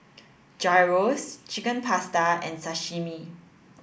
Gyros Chicken Pasta and Sashimi